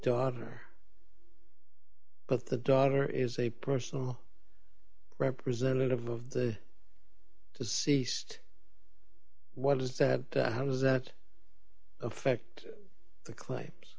daughter but the daughter is a personal representative of the ceased what does that how does that affect the claims